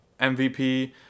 MVP